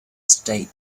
state